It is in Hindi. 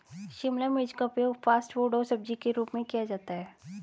शिमला मिर्च का उपयोग फ़ास्ट फ़ूड और सब्जी के रूप में किया जाता है